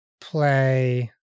play